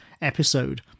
episode